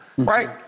Right